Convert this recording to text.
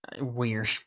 Weird